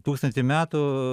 tūkstantį metų